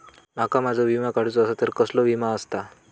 माका माझो विमा काडुचो असा तर कसलो विमा आस्ता?